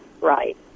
right